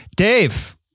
Dave